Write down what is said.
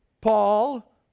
Paul